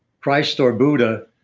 christ or buddha,